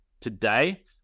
today